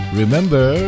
remember